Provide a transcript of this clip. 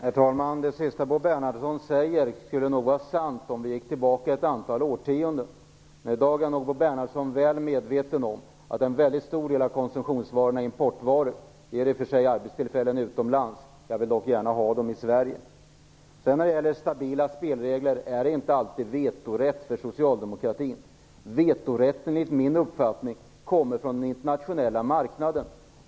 Fru talman! Det sista Bo Bernhardsson sade i sin replik skulle nog vara sant om vi gick tillbaka ett antal årtionden. I dag är nog Bo Bernhardsson väl medveten om att en mycket stor del av konsumtionsvarorna är importvaror. Det ger i och för sig arbetstillfällen utomlands. Jag vill dock gärna ha dem i Sverige. Stabila spelregler är inte alltid vetorätt för socialdemokratin. Vetorätten kommer enligt min uppfattning från den internationella marknaden.